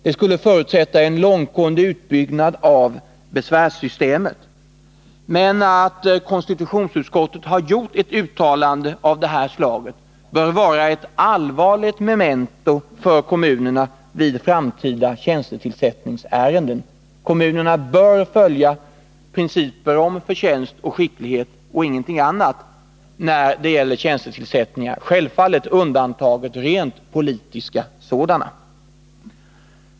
Det skulle förutsätta en långtgående utbyggnad av besvärssystemet. Men att konstitutionsutskottet gjort detta uttalande bör vara ett allvarligt memento för kommunerna vid framtida tjänstetillsättningsärenden. Kommunerna bör följa principerna om förtjänst och skicklighet och ingenting annat när det gäller tjänstetillsättningar, självfallet undantaget rent politiska sådana.